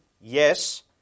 yes